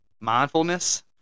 mindfulness